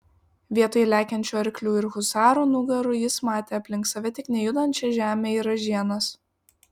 vietoj lekiančių arklių ir husarų nugarų jis matė aplink save tik nejudančią žemę ir ražienas